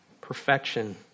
Perfection